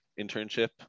internship